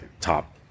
top